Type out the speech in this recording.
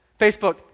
Facebook